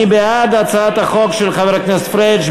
מי בעד הצעת החוק של חבר הכנסת פריג'?